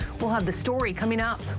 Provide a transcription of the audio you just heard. we'll have the story coming up.